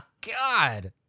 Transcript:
God